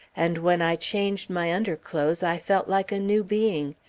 and when i changed my underclothes i felt like a new being.